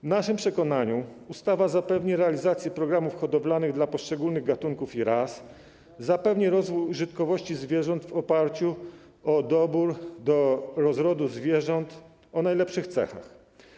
W naszym przekonaniu ustawa zapewni realizację programów hodowlanych dla poszczególnych gatunków i ras, zapewni rozwój użytkowości zwierząt w oparciu o dobór do rozrodu zwierząt o najlepszych cechach.